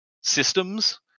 systems